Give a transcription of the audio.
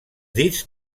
dits